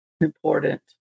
important